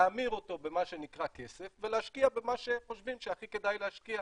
להמיר אותו במה שנקרא כסף ולהשקיע במה שחושבים שהכי כדאי להשקיע